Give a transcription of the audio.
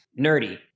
nerdy